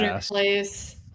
place